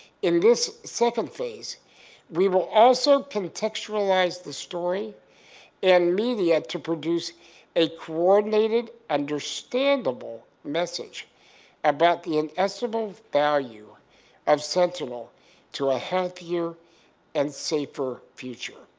in this second phase we will also contextualize the story and media to to produce a coordinated, understandable message about the inestimable value of sentinel to a healthier and safer future,